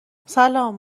سلام